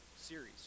series